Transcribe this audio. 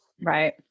Right